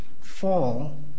fall